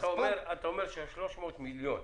אתה אומר שה-300 מיליון,